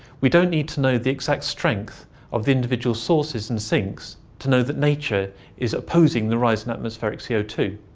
we don't need to know the exact strength of the individual sources and sinks to know that nature is opposing the rise in atmospheric c o two.